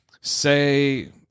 say